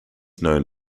known